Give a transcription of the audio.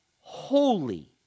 holy